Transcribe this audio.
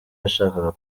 yashakaga